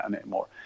anymore